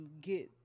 get